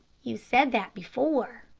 you said that before,